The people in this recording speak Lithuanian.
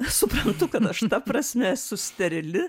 suprantu kad aš ta prasme esu sterili